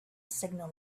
signal